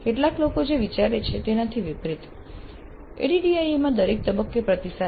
કેટલાક લોકો જે વિચારે છે તેનાથી વિપરીત ADDIE માં દરેક તબક્કે પ્રતિસાદ છે